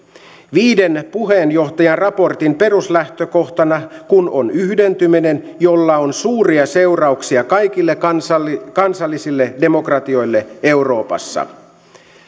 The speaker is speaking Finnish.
viiden puheenjohtajan raportin peruslähtökohtana kun on yhdentyminen jolla on suuria seurauksia kaikille kansallisille kansallisille demokratioille euroopassa